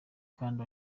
kandi